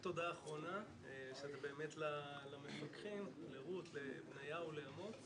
תודה אחרונה באמת למדריכים, לרות, לבניהו, לאמץ.